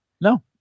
no